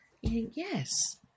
Yes